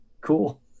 Cool